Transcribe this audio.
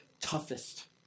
toughest